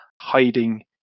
hiding